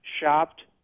shopped